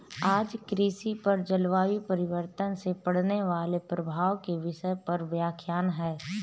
आज कृषि पर जलवायु परिवर्तन से पड़ने वाले प्रभाव के विषय पर व्याख्यान है